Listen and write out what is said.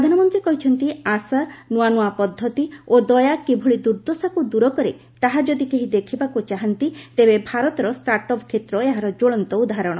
ପ୍ରଧାନମନ୍ତ୍ରୀ କହିଛନ୍ତି ଆଶା ନୂଆନୂଆ ପଦ୍ଧତି ଓ ଦୟା କିଭଳି ଦୁର୍ଦ୍ଦଶାକୁ ଦୂରକରେ ତାହାଯଦି କେହି ଦେଖିବାକୁ ଚାହାନ୍ତି ତେବେ ଭାରତର ଷ୍ଟାଟ୍ଅପ୍ କ୍ଷେତ୍ର ଏହାର କ୍ୱଳନ୍ତ ଉଦାହରଣ